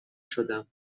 شدم